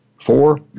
Four